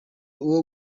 uwo